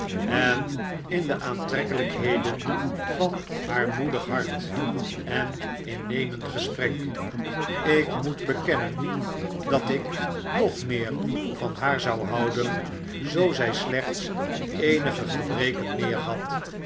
en in de aantrekkelgkheden van haar moedig hart eninnemend gesprek ik moet bekennen dat ik nog meer van haar zou houden zoo zy slechts eenige gebreken meer had